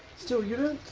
still, you